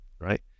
right